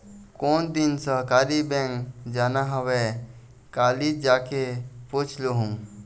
कोन दिन सहकारी बेंक जाना हवय, कालीच जाके पूछ लूहूँ